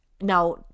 Now